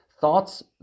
thoughts